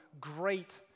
great